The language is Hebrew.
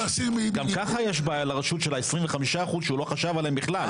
גם ככה יש בעיה לרשות של ה-25% שהוא לא חשב עליה בכלל.